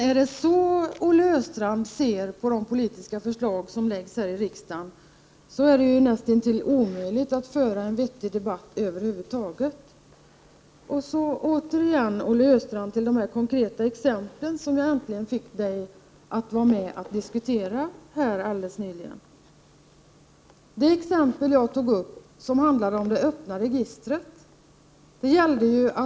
Är det så Olle Östrand uppfattar de politiska förslag som läggs här i riksdagen är det näst intill omöjligt att föra en vettig debatt över huvud taget. Så åter till de konkreta exempel som vi äntligen fick Olle Östrand att vara med och diskutera alldeles nyligen. Det exempel som jag tog upp handlade om ett öppet register.